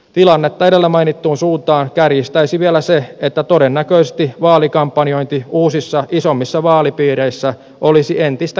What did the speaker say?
tilannetta edellä mainittuun suuntaan kärjistäisi vielä se että todennäköisesti vaalikampanjointi uusissa isommissa vaalipiireissä olisi entistä kalliimpaa